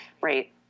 right